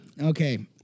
Okay